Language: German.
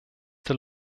der